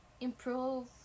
improve